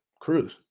cruise